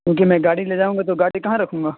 کیوںکہ میں گاڑی لے جاؤں گا تو گاڑی کہاں رکھوں گا